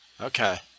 Okay